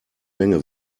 menge